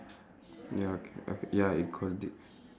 ya ca~ okay ya it called it